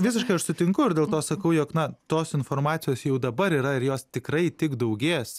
visiškai aš sutinku ir dėl to sakau jog na tos informacijos jau dabar yra ir jos tikrai tik daugės